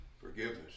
forgiveness